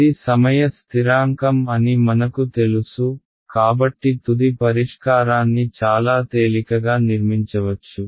ఇది సమయ స్థిరాంకం అని మనకు తెలుసు కాబట్టి తుది పరిష్కారాన్ని చాలా తేలికగా నిర్మించవచ్చు